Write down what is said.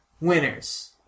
winners